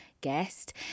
guest